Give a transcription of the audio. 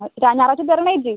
ആ ഇതാണ് ഞായറാഴ്ച തരണേ ചേച്ചി